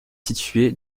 situé